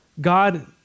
God